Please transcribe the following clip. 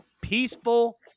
peaceful